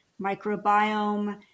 microbiome